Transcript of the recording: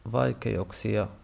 vaikeuksia